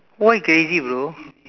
why crazy bro